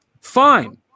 Fine